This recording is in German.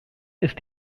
ist